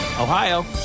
Ohio